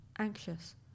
anxious